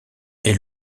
est